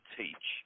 teach